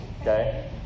Okay